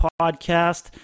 Podcast